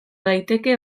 daiteke